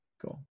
Cool